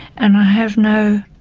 and i have no,